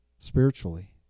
spiritually